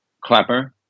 Clapper